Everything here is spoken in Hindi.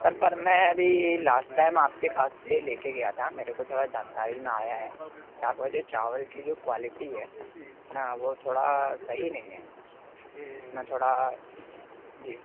सर पर मैं अभी लाश्ट टाइम आपके पास से ले कर गया था मेरे को थोड़ा जानकारी में आया है कि आपके जो चावल की जो क्वालिटी है है ना वो थोड़ा सही नहीं है इसमें थोड़ा जी